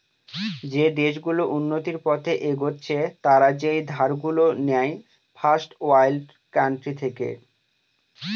যে দেশ গুলো উন্নতির পথে এগচ্ছে তারা যেই ধার গুলো নেয় ফার্স্ট ওয়ার্ল্ড কান্ট্রি থেকে